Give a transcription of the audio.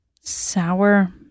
sour